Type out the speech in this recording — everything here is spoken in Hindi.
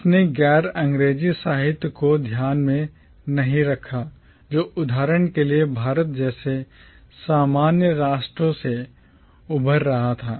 इसने गैर अंग्रेजी साहित्य को ध्यान में नहीं रखा जो उदाहरण के लिए भारत जैसे सामान्य राष्ट्रों से उभर रहा था